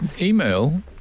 email